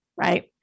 Right